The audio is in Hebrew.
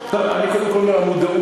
דיוני אני מדבר קודם כול על המודעות,